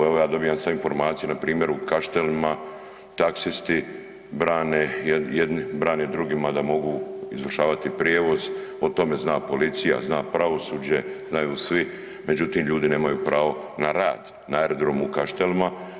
Evo, ja dobivam sad informaciju npr. u Kaštelima taksisti brane drugima da mogu izvršavati prijevoz, o tome zna policija, zna pravosuđe, znaju svi, međutim, ljudi nemaju pravo na rad na aerodromu u Kaštelima.